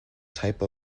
type